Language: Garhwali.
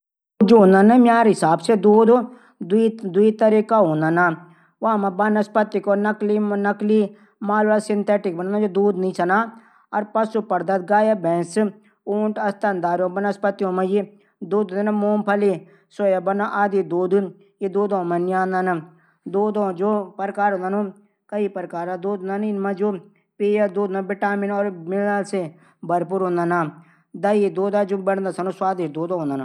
दूध म्यार हिसाब से द्वई तरीका हूदन एक जू वनस्पतियों नकली मानवसिथैटिक और पशु प्रदत गाय भैंस मा बनस्पतियों मा स्तनधारी मुंगफली सोयाबीन आदी य दूधो म नी आंदन दूधो जू प्रकार हूदन ऊ कई प्रकार हूदन विटामिन और मिनरल भरपूर हूदन